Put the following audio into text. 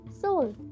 soul